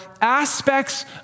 aspects